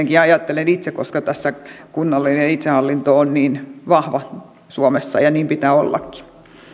ajattelen ainakin itse koska kunnallinen itsehallinto on niin vahva suomessa ja niin pitää ollakin